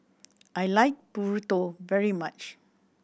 I like Burrito very much